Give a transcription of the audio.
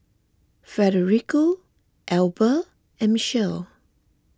Federico Elba and Michele